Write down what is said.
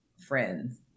friends